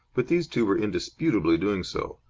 but these two were indisputably doing so.